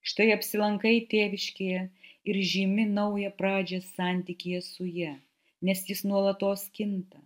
štai apsilankai tėviškėje ir žymi naują pradžią santykyje su ja nes jis nuolatos kinta